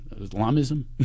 Islamism